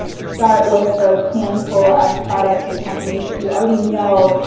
um start with those handful of products and companies that you already know,